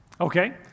Okay